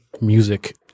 music